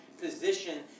position